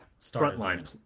frontline